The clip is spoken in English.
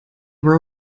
were